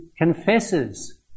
confesses